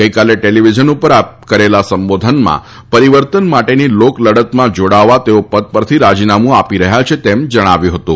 ગઈકાલે ટેલિવિઝન ઉપર કરેલા સંબોધનમાં પરિવર્તન માટેની લોકલડતમાં જોડાવા તેઓ પદ પરથી રાજીનામું આપી રહ્યા છે તેમ જણાવ્યું હતું